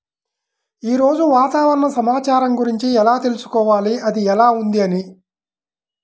ఈరోజు వాతావరణ సమాచారం గురించి ఎలా తెలుసుకోవాలి అది ఎలా ఉంది అని?